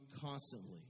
constantly